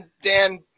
Dan